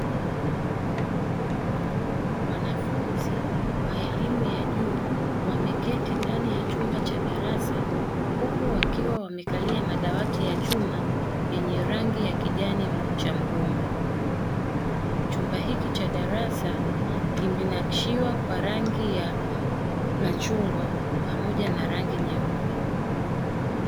Wanafunzi wa elimu ya juu wameketi ndani ya chumba cha darasa huku wakiwa wamekalia madawati ya chuma yenye rangi ya kijani cha mgomba chumba hiki cha darasa kimenakishiwa kwa rangi ya machungwa pamoja na rangi nyeupe.